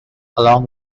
along